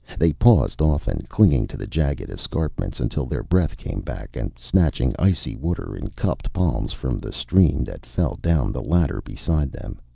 they paused often, clinging to the jagged escarpments until their breath came back, and snatching icy water in cupped palms from the stream that fell down the ladder beside them.